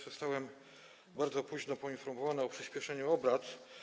Zostałem bardzo późno poinformowany o przyspieszeniu czasu obrad.